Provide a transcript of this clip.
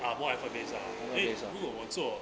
ah more effort based ah 为如果我做